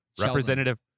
Representative